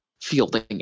fielding